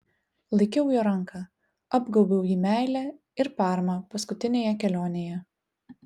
laikiau jo ranką apgaubiau jį meile ir parama paskutinėje kelionėje